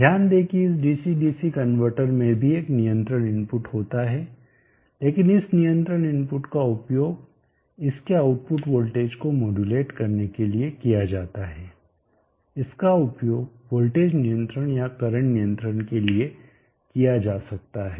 ध्यान दें कि इस डीसी डीसी कनवर्टर में भी एक नियंत्रण इनपुट होता है लेकिन इस नियंत्रण इनपुट का उपयोग इस के आउटपुट वोल्टेज को मोड्युलेट करने के लिए किया जाता है इसका उपयोग वोल्टेज नियंत्रण या करंट नियंत्रण के लिए किया जा सकता है